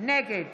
נגד